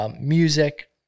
Music